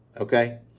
Okay